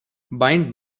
bind